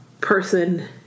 person